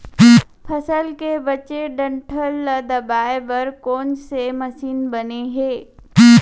फसल के बचे डंठल ल दबाये बर कोन से मशीन बने हे?